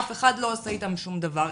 אף אחד לא עושה איתן שום דבר.